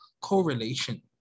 correlation